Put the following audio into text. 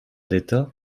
d’état